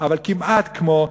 אבל כמעט כמו,